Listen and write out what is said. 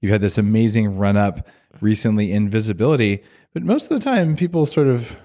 you had this amazing run up recently in visibility but most of the time people sort of